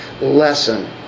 lesson